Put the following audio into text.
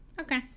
Okay